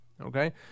okay